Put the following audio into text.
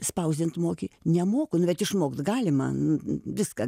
spausdint moki nemoku nu bet išmokt galiman viską